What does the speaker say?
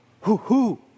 hoo-hoo